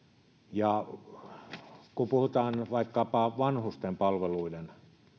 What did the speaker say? kun puhutaan vaikkapa vanhusten palveluiden